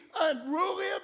unruly